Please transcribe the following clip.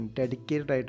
dedicated